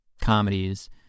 comedies